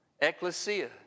ecclesia